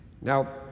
Now